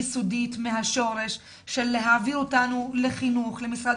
יסודית ומהשורש ולהעביר אותנו למשרד